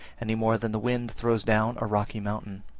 any more than the wind throws down a rocky mountain.